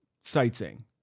sightseeing